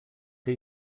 que